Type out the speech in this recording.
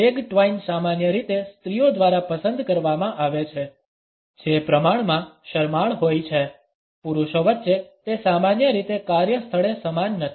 leg twine સામાન્ય રીતે સ્ત્રીઓ દ્વારા પસંદ કરવામાં આવે છે જે પ્રમાણમાં શરમાળ હોય છે પુરુષો વચ્ચે તે સામાન્ય રીતે કાર્યસ્થળે સમાન નથી